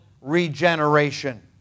regeneration